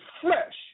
flesh